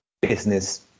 business